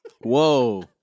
Whoa